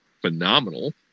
phenomenal